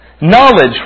Knowledge